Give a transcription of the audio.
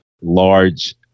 large